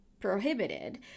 prohibited